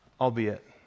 Albeit